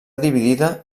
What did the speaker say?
dividida